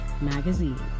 Magazine